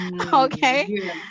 okay